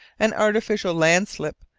an artificial landslip,